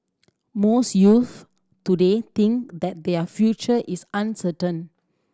most youth today think that their future is uncertain